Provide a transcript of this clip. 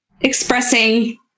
expressing